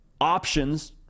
options –